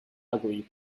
ugly